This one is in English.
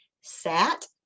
sat